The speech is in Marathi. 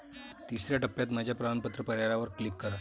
तिसर्या टप्प्यात माझ्या प्रमाणपत्र पर्यायावर क्लिक करा